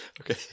Okay